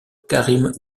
karim